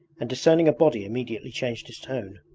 and discerning a body immediately changed his tone.